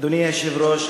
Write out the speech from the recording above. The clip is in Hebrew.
אדוני היושב-ראש,